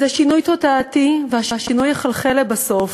זה שינוי תודעתי, והשינוי יחלחל לבסוף.